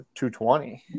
220